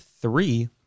three